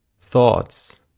thoughts